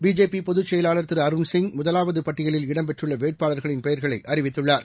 பிஜேபிபொதுச்செயலாளர் திருஅருண்சிய் முதலாவதுபட்டியலில் இடம்பெற்றுள் வேட்பாளர்களின் பெயர்களைஅறிவித்துள்ளார்